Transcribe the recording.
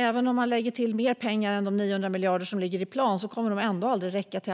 Även om man lägger till mer pengar än de 900 miljarder som ligger i plan kommer de ändå aldrig att räcka till